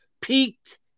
peaked